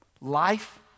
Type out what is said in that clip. life